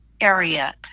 area